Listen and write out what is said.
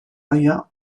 gaia